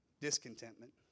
Discontentment